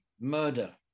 murder